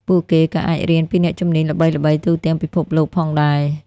ពួកគេក៏អាចរៀនពីអ្នកជំនាញល្បីៗទូទាំងពិភពលោកផងដែរ។